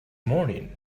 morning